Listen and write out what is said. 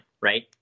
right